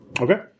Okay